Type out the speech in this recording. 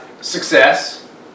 success